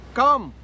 come